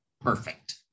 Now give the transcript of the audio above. perfect